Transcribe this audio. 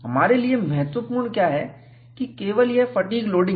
हमारे लिए महत्वपूर्ण क्या है कि केवल यह फटीग लोडिंग